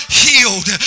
healed